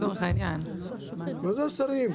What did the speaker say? אני ממרכז השלטון המקומי.